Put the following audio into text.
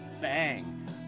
bang